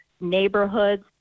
neighborhoods